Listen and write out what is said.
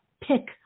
pick